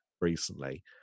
recently